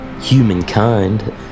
humankind